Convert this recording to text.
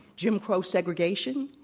jim crow segregation,